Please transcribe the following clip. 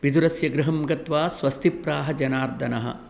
विदुरस्य गृहं गत्वा स्वस्ति प्राह जनार्दनः